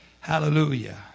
Hallelujah